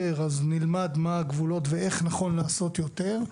אז נלמד מה הגבולות ואיך נכון לעשות יותר,